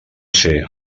ser